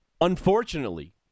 Unfortunately